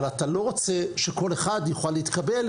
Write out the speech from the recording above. אבל אתה לא רוצה שכל אחד יוכל להתקבל,